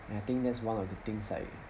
and I think that's one of the things like